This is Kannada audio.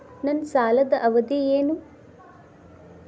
ನನ್ನ ಸಾಲದ ಅವಧಿ ಏನು?